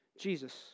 Jesus